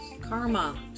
Karma